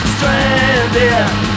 Stranded